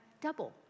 double